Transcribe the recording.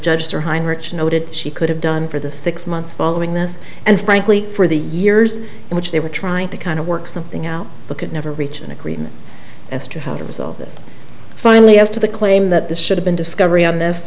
judge her hindmarch noted she could have done for the six months following this and frankly for the years in which they were trying to kind of work something out but could never reach an agreement as to how to resolve this finally as to the claim that the should have been discovery on this